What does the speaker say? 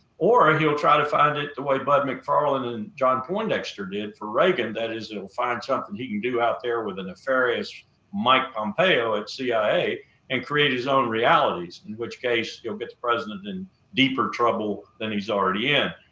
or he'll try to find it the way bud mcfarlane and john poindexter did for reagan. that is, he'll find something he can do out there with the nefarious mike pompeo at the cia and create his own realities, in which case he'll get the president in deeper trouble than he's already in.